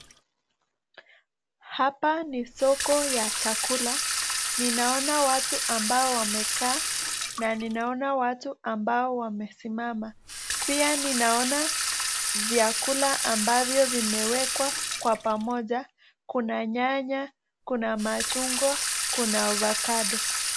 Hapa ni soko ya chakula. Ninaona watu ambao wamekaa na ninaona watu ambao wamesimama. Pia ninaona vyakula ambavyo vimewekwa kwa pamoja. Kuna nyanya, kuna machungwa, kuna avocado .